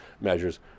measures